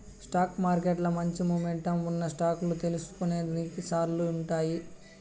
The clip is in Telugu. స్టాక్ మార్కెట్ల మంచి మొమెంటమ్ ఉన్న స్టాక్ లు తెల్సుకొనేదానికి కొన్ని స్కానర్లుండాయి